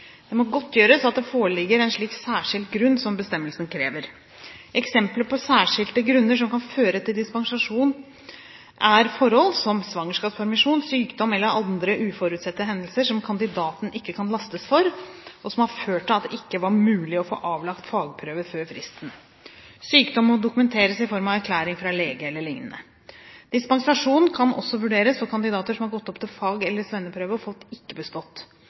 Det må godgjøres at det foreligger en slik særskilt grunn som bestemmelsen krever. Eksempler på særskilte grunner som kan føre til dispensasjon, er forhold som svangerskapspermisjon, sykdom eller andre uforutsette hendelser som kandidaten ikke kan lastes for, og som har ført til at det ikke var mulig å få avlagt fagprøve før fristen. Sykdom må dokumenteres i form av erklæring fra lege. Dispensasjon kan også vurderes for kandidater som har gått opp til fag- eller svenneprøve og fått «ikke bestått».